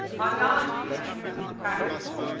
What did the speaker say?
audiology and nursing practice.